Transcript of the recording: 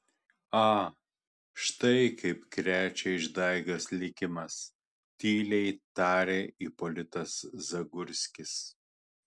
a štai kaip krečia išdaigas likimas tyliai tarė ipolitas zagurskis